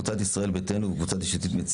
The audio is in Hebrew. הסתייגויות של קבוצת ישראל ביתנו וקבוצת יש עתיד.